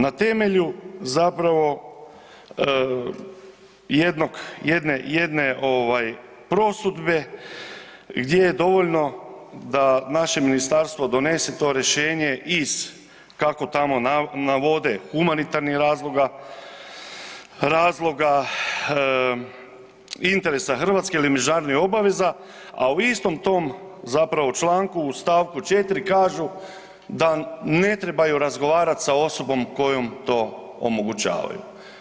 Na temelju zapravo jednog, jedne ovaj prosudbe gdje je dovoljno da naše ministarstvo donese to rješenje iz kako tamo navode humanitarnih razloga, razloga interesa Hrvatske ili međunarodnih obaveza, a u istom tom zapravo članku u stavku 4. kažu da ne trebaju razgovarati sa osobom kojom to omogućavaju.